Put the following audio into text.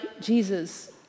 Jesus